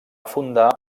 fundar